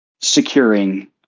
securing